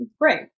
great